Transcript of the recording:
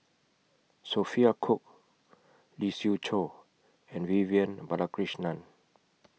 Sophia Cooke Lee Siew Choh and Vivian Balakrishnan